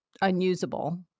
unusable